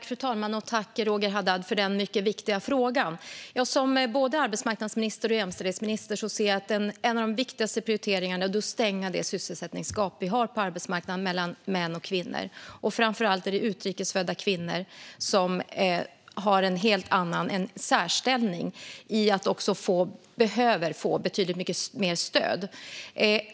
Fru talman! Tack, Roger Haddad, för den mycket viktiga frågan! Som både arbetsmarknadsminister och jämställdhetsminister ser jag att en av de viktigaste prioriteringarna är att stänga det sysselsättningsgap vi har på arbetsmarknaden mellan män och kvinnor. Framför allt är det utrikes födda kvinnor som har en särställning i att de också behöver betydligt mycket mer stöd.